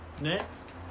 Next